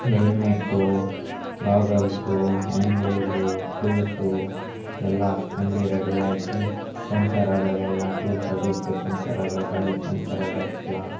helmet goggles hand gloves shoes ಎಲ್ಲ ಹಾಕ್ಕಂಡು ready ಆಗಿ ಪಂಚರ್ ಆದಾಗೆಲ್ಲ ಟೂಲ್ಸ್ ಅದಕ್ಕೆ ಪಂಚರ್ ಆದಾಗ ಗಾಡಿ ಪಂಚರ್ ಆದಾಗೆಲ್ಲ